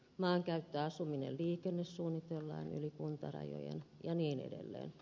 maankäyttö asuminen liikenne suunnitellaan yli kuntarajojen ja niin edelleen